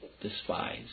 despise